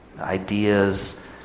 Ideas